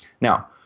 Now